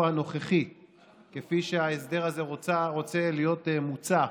הנוכחית כפי שההסדר הזה רוצה להיות מוצע,